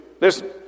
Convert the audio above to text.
Listen